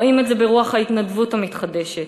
רואים את זה ברוח ההתנדבות המתחדשת,